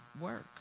work